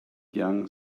young